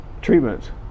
treatment